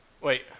Wait